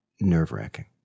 nerve-wracking